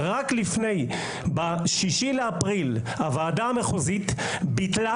רק ב-6 באפריל הוועדה המחוזית ביטלה